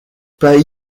pas